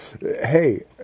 Hey